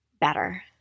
better